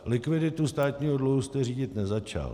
Likviditu státního dluhu jste řídit nezačal.